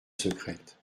secrète